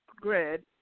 grid